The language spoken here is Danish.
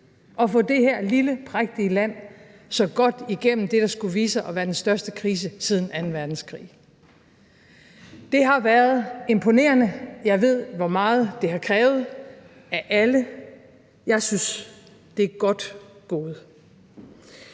at få det her lille prægtige land så godt igennem det, der skulle vise sig at være den største krise siden anden verdenskrig. Det har været imponerende, jeg ved, hvor meget det har krævet af alle. Jeg synes, det er godt gået.